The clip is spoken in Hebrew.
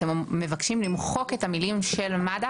אתם מבקשים למחוק את המילים של מד"א?